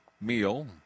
meal